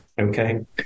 Okay